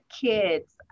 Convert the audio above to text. kids